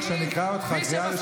מיכאל ביטון,